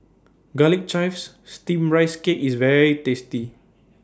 Garlic Chives Steamed Rice Cake IS very tasty